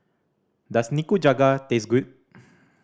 does Nikujaga taste good